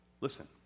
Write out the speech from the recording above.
listen